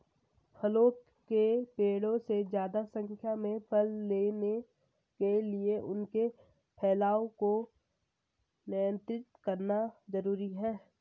फलों के पेड़ों से ज्यादा संख्या में फल लेने के लिए उनके फैलाव को नयन्त्रित करना जरुरी है